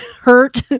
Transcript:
hurt